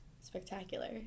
spectacular